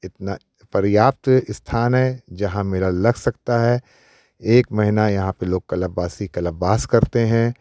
इतना पर्याप्त स्थान है जहाँ मेला लग सकता है एक महिना यहाँ पे लोग कलपवासी कलपवास करते हैं